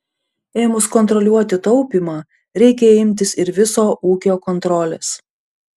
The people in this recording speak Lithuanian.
ėmus kontroliuoti taupymą reikia imtis ir viso ūkio kontrolės